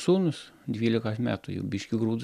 sūnus dvylikos metų jau biškį grūdus